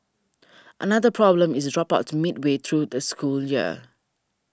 another problem is dropouts midway through the school year